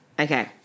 Okay